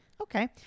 Okay